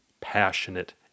passionate